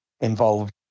involved